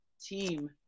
team